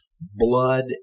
blood